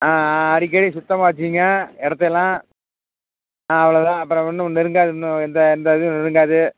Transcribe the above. அடிக்கடி சுத்தமாக வச்சுங்க இடத்தல்லாம் ஆ அவ்வளோ தான் அப்புறம் ஒன்றும் நெருங்காது இன்னும் எந்த எந்த இதுவும் நெருங்காது